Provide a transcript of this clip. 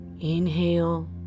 inhale